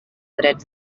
drets